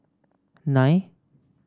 nine